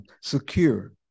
Secure